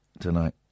tonight